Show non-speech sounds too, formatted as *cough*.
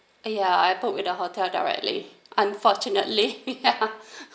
!aiya! I booked with the hotel directly unfortunately *laughs* ya